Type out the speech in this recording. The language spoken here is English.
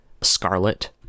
scarlet